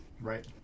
Right